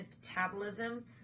metabolism